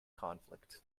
conflict